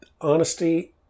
Honesty